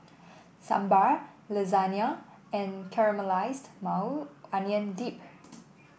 Sambar Lasagna and Caramelized Maui Onion Dip